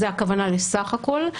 הכוונה היא לסך הכול.